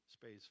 space